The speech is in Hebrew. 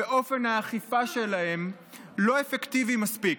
ואופן האכיפה שלהם לא אפקטיבי מספיק.